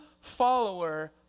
follower